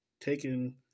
taken